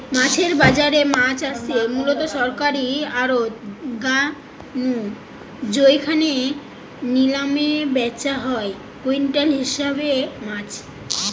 মাছের বাজারে মাছ আসে মুলত সরকারী আড়ত গা নু জউখানে নিলামে ব্যাচা হয় কুইন্টাল হিসাবে মাছ